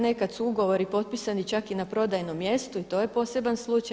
Nekad su ugovori potpisani čak i na prodajnom mjestu i to je poseban slučaj.